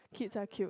kids are cute